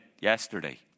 yesterday